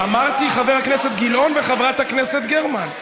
אמרתי חבר הכנסת גילאון וחברת הכנסת גרמן.